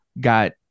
got